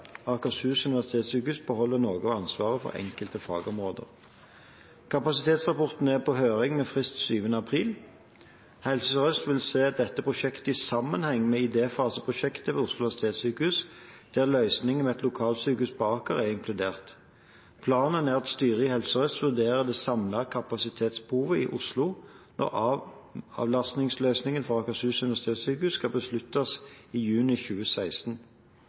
Akershus universitetssykehus beholder noe av ansvaret for enkelte fagområder. Kapasitetsrapporten er på høring med frist 7. april. Helse Sør-Øst vil se dette prosjektet i sammenheng med idéfasearbeidet ved Oslo universitetssykehus, der løsningen med et lokalsykehus på Aker er inkludert. Planen er at styret i Helse Sør-Øst vurderer det samlede kapasitetsbehovet i Oslo når avlastningsløsninger for Akershus universitetssykehus skal besluttes i juni 2016.